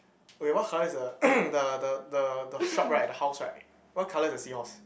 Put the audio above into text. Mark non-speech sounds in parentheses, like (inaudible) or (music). okay what colour is the (coughs) the the the the shop right the house right what colour is the seahorse